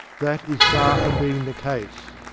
that is far from being the case.